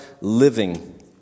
living